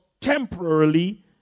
temporarily